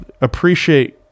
appreciate